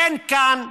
אין כאן,